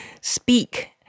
speak